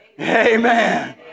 Amen